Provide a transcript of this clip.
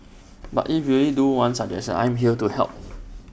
but if you really do want suggestions I'm here to help